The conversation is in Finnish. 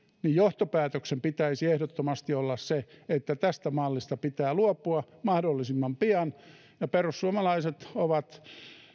niin johtopäätöksen pitäisi ehdottomasti olla se että tästä mallista pitää luopua mahdollisimman pian perussuomalaiset ovat